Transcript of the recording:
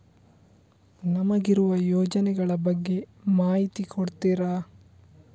ನಮಗಿರುವ ಯೋಜನೆಗಳ ಬಗ್ಗೆ ಮಾಹಿತಿ ಕೊಡ್ತೀರಾ?